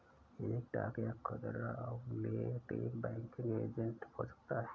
एक डाक या खुदरा आउटलेट एक बैंकिंग एजेंट हो सकता है